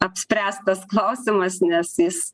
apspręstas klausimas nes jis